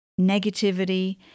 negativity